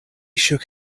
shook